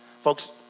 Folks